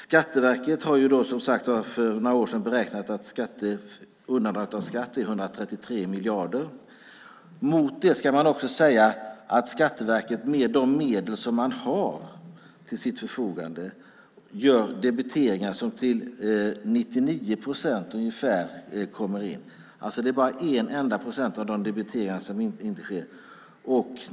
Skatteverket har för några år sedan beräknat att undandragandet av skatt är 133 miljarder. Mot det ska man också säga att Skatteverket med de medel man har till sitt förfogande gör debiteringar som till ungefär 99 procent kommer in. Det är alltså bara en enda procent av vad man debiterar som inte kommer in.